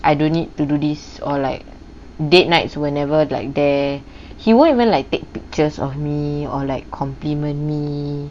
I don't need to do this or like date nights were never like there he won't even like take pictures of me or like compliment me